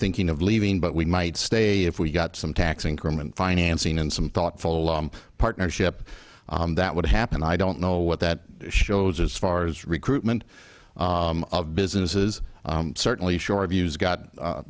thinking of leaving but we might stay if we got some tax increment financing and some thoughtful partnership that would happen i don't know what that shows as far as recruitment of businesses certainly short of use got